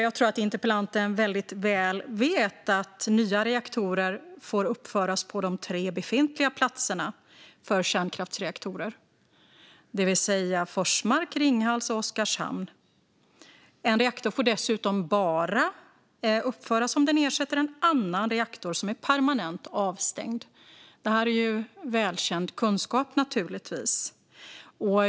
Jag tror att interpellanten väldigt väl vet att nya reaktorer får uppföras på de tre befintliga platserna för kärnkraftsreaktorer, det vill säga Forsmark, Ringhals och Oskarshamn. En reaktor får dessutom bara uppföras om den ersätter en annan reaktor som är permanent avstängd. Detta är naturligtvis välkänd kunskap.